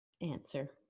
answer